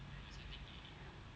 mm